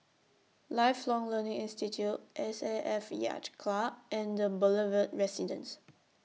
Lifelong Learning Institute S A F Yacht Club and The Boulevard Residence